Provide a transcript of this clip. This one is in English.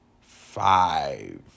Five